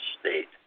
state